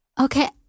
Okay